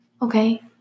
Okay